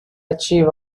achieve